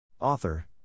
Author